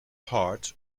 hart